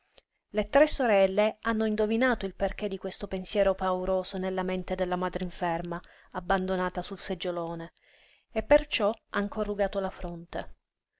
le tre sorelle hanno indovinato il perché di questo pensiero pauroso nella mente della madre inferma abbandonata sul seggiolone e perciò han corrugato la fronte